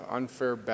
unfair